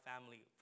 family